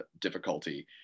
difficulty